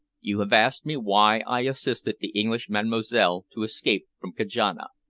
you have asked me why i assisted the english mademoiselle to escape from kajana,